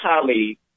colleague